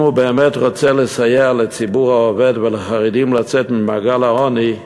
אם הוא באמת רוצה לסייע לציבור העובד ולחרדים לצאת ממעגל העוני,